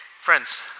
friends